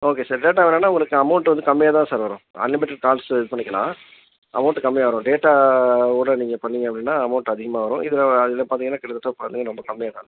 okay sir data வேணான்னால் உங்களுக்கு amount வந்து கம்மியாக தான் சார் வரும் அன்லிமிடட் கால்ஸ் இது பண்ணிக்கலாம் அமௌண்ட்டு கம்மியாக வரும் டேட்டாவோடு நீங்கள் பண்ணிங்க அப்படின்னா அமௌண்ட் அதிகமாக வரும் இதில் இதில் பார்த்திங்கன்னா கிட்டத்தட்ட பார்த்திங்கன்னா ரொம்ப கம்மியாக தான் இருக்கும்